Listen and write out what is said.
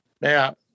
Now